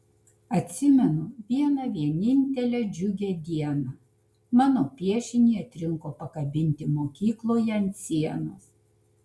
atsimenu vieną vienintelę džiugią dieną mano piešinį atrinko pakabinti mokykloje ant sienos